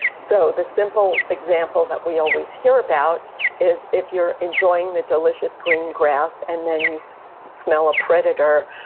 so the simple example that we always hear about is if you're enjoying the delicious green grass, and then you so smell a predator,